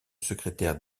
secrétaire